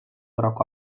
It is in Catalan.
groc